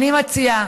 אני מציעה,